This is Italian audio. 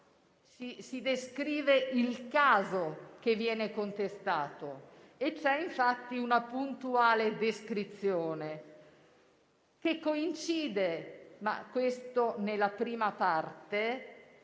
si descrive il caso che viene contestato e c'è infatti una puntuale descrizione, che coincide nella prima parte,